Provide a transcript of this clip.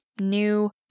new